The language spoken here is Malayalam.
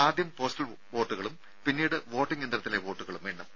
ആദ്യം പോസ്റ്റൽ വോട്ടുകളും പിന്നീട് വോട്ടിംഗ് യന്ത്രങ്ങളിലെ വോട്ടുകളും എണ്ണും